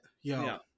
yo